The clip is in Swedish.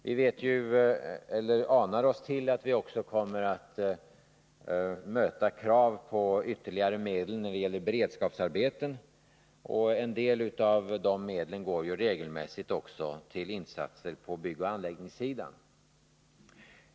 Vi anar att vi också kommer att möta krav på ytterligare medel när det gäller beredskapsarbeten. En del av sådana medel går ju regelmässigt till insatser på byggoch anläggningssidan.